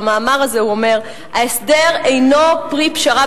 במאמר הזה הוא אומר: ההסדר אינו פרי פשרה